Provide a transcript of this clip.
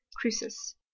crucis